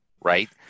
right